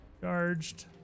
Charged